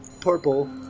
Purple